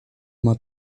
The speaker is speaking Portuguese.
uma